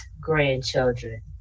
grandchildren